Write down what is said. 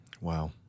Wow